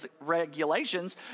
regulations